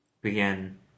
began